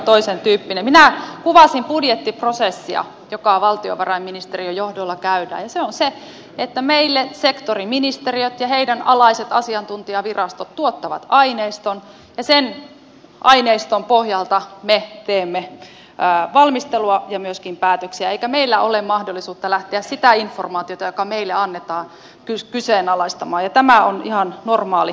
minä kuvasin budjettiprosessia joka valtiovarainministeriön johdolla käydään ja se on se että meille sektoriministeriöt ja niiden alaiset asiantuntijavirastot tuottavat aineiston ja sen aineiston pohjalta me teemme valmistelua ja myöskin päätöksiä eikä meillä ole mahdollisuutta lähteä sitä informaatiota joka meille annetaan kyseenalaistamaan ja tämä on ihan normaali käytäntö